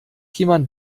jemand